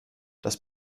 das